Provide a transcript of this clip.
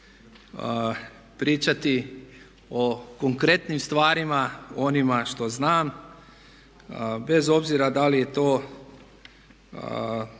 pričati o konkretnim stvarima, o onima što znam bez obzira da li je to